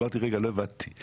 אמרתי: רגע, לא הבנתי,